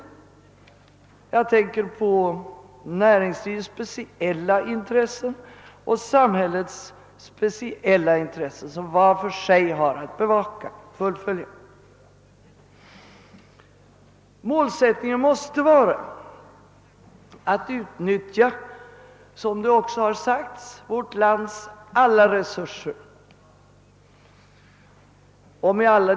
Jag tänker på näringslivets speciella intressen och samhällets speciella intressen som varje part har att bevaka. Målsättningen måste, som det också har sagts, förbli den att utnyttja vårt lands alla resurser.